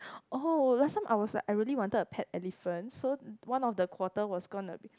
oh last time I was like I really wanted a pet elephant so one of the quarter was gonna be